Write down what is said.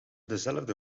dezelfde